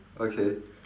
okay